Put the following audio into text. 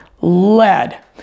lead